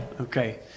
okay